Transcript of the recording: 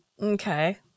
Okay